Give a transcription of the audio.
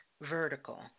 vertical